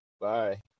Bye